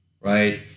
right